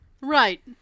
Right